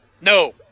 no